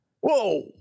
Whoa